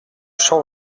champ